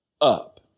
up